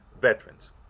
veterans